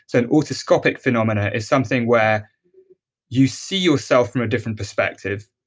an otoscopic phenomena is something where you see yourself from a different perspective,